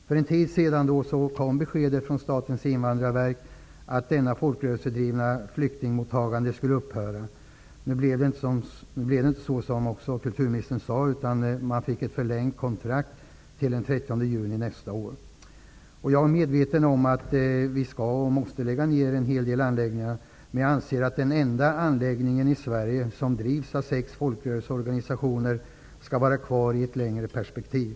För en tid sedan kom beskedet att detta folkrörelsedrivna flyktingmottagande skulle upphöra från Statens invandrarverk. Nu blev det inte så, vilket kulturministern också sade. Jag är medveten om att vi skall och måste lägga ned en hel del anläggningar, men jag anser att den enda anläggning i Sverige som drivs av sex folkrörelseorganisationer skall vara kvar i ett längre perspektiv.